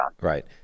Right